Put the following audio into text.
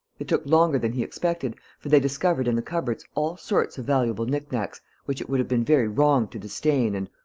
it took longer than he expected, for they discovered in the cupboards all sorts of valuable knick-knacks which it would have been very wrong to disdain and,